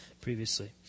previously